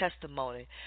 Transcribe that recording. testimony